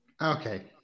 okay